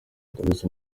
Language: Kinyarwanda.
ndabizi